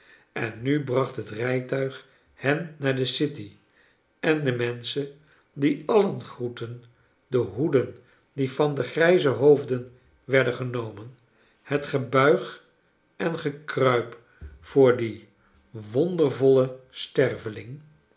en nu bracht het rijtuig hen naar de city en de menschen die alien groetten de hoeden die van de grijze hoofden werdein genomen het gebuig en gekruip voor dien wondervollen sterveling